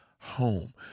home